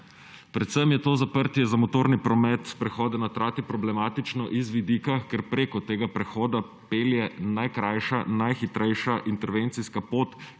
Predvsem je to zaprtje za motorni promet prehoda na Trati problematično z vidika, ker preko tega prehoda pelje najkrajša, najhitrejša intervencijska pot